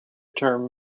term